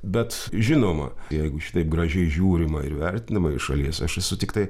bet žinoma jeigu šitaip gražiai žiūrima ir vertinama šalies aš esu tiktai